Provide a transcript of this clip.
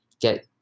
get